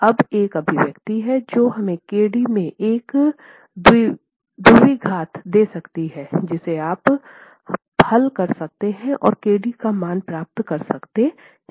तो अब एक अभिव्यक्ति है जो हमें kd में एक द्विघात दे सकती है जिसे आप हल कर सकते हैं और kd का मान प्राप्त कर सकते हैं